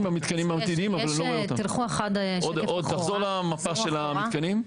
תחזור למפה של המתקנים.